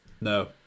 No